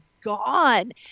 gone